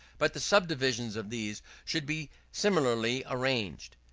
but the subdivisions of these should be similarly arranged.